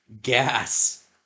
gas